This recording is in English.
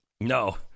No